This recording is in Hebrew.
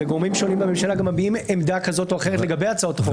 גורמים שונים בממשלה גם מביעים עמדה כזאת או אחרת לגבי הצעות חוק.